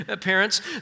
parents